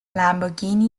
lamborghini